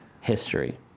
history